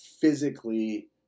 physically